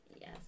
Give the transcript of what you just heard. yes